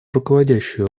руководящую